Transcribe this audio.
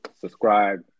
subscribe